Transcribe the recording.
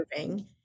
moving